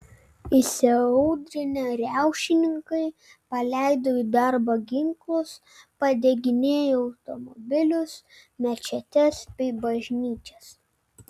įsiaudrinę riaušininkai paleido į darbą ginklus padeginėjo automobilius mečetes bei bažnyčias